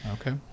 Okay